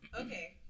okay